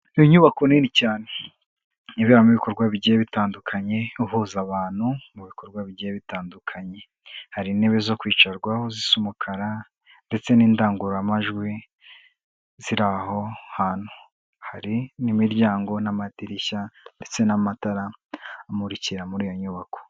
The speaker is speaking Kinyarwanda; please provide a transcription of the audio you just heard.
Iyo nyubako nini cyane iberamo ibikorwa bigiye bitandukanye, ihuza abantu mu bikorwa bigiye bitandukanye, hari intebe zo kwicarwaho zisa umukara ndetse n'indangururamajwi ziri aho hantu, hari n'imiryango n'amadirishya ndetse n'amatara amurikira muri iyo nyubako.